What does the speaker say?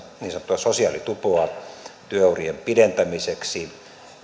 niin sanottua sosiaalitupoa työurien pidentämiseksi